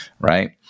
right